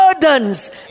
burdens